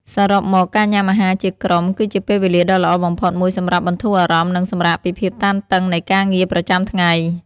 សរុបមក ការញ៉ាំអាហារជាក្រុមគឺជាពេលវេលាដ៏ល្អបំផុតមួយសម្រាប់បន្ធូរអារម្មណ៍និងសម្រាកពីភាពតានតឹងនៃការងារប្រចាំថ្ងៃ។